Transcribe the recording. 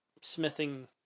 smithing